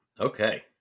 Okay